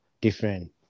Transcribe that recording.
different